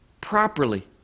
properly